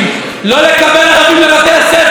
לא לקבל ערבים לבתי הספר,